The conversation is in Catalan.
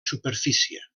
superfície